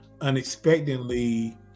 Unexpectedly